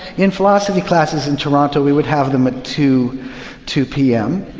in philosophy classes in toronto we would have them at two two pm,